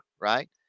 right